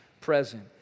present